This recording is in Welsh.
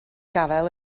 gafael